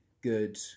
good